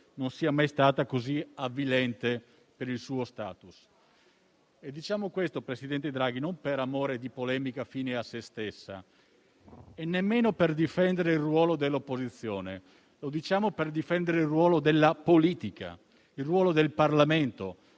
non sia mai stata così avvilente per il suo *status*. Diciamo questo, presidente Draghi, non per amore di polemica fine a se stessa e nemmeno per difendere il ruolo dell'opposizione. Lo diciamo per difendere il ruolo della politica, il ruolo del Parlamento,